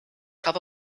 cup